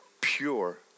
Pure